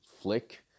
flick